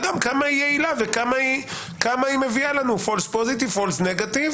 גם כמה היא יעילה וכמה היא מביאה לנו פולס פוזיטיב או פולס נגיטיב